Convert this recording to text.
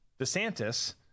DeSantis